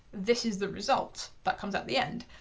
this is the result that comes at the end.